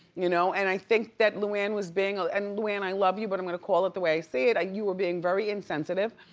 you know and i think that luann was being a, and luann i love you but i'm gonna call it the way i see it, you were being very insensitive.